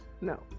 No